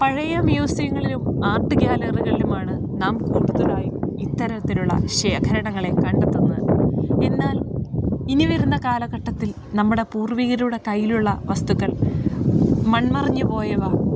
പഴയ മ്യൂസിയങ്ങളിലും ആർട്ട് ഗ്യാലറികളിലുമാണ് നാം കൂടുതലായും ഇത്തരത്തിലുള്ള ശേഖരണങ്ങളെ കണ്ടെത്തുന്നത് എന്നാൽ ഇനി വരുന്ന കാലഘട്ടത്തിൽ നമ്മുടെ പൂർവ്വീകരുടെ കയ്യിലുള്ള വസ്തുക്കൾ മൺമറഞ്ഞ് പോയവ